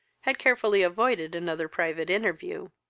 had carefully avoided another private interview,